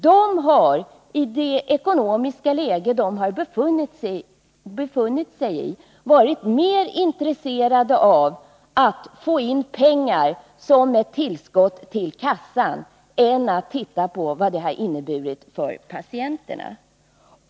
De har i det ekonomiska läge som de har befunnit sig i varit mer intresserade av att få in pengar som ett tillskott till kassan än att titta på vad det har inneburit för patienterna.